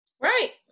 Right